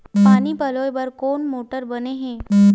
पानी पलोय बर कोन मोटर बने हे?